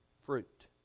fruit